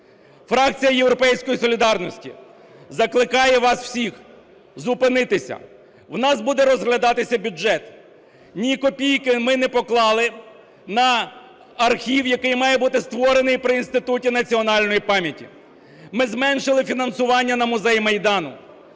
Фракція "Європейської солідарності" закликає вас всіх зупинитися. У нас буде розглядатися бюджет. Ні копійки ми не поклали на архів, який має бути створений при Інституті національної пам'яті. Ми зменшили фінансування на Музей Майдану.